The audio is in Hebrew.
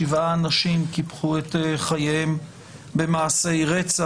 שבעה אנשים קיפחו את חייהם במעשי רצח.